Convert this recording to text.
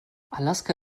alaska